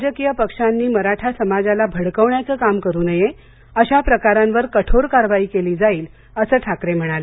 राजकीय पक्षांनी मराठा समाजाला भडकवण्याचं काम करु नये अशा प्रकारांवर कठोर कारवाई केली जाईल असं ठाकरे म्हणाले